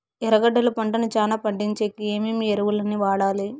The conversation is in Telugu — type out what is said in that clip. ఎర్రగడ్డలు పంటను చానా పండించేకి ఏమేమి ఎరువులని వాడాలి?